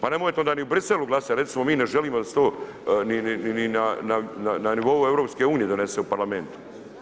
Pa nemojte onda ni u Bruxellesu glasati, recite mi ne želimo da se to na nivou EU donese u parlamentu.